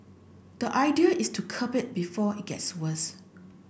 the idea is to curb it before it gets worse